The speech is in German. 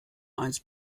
eins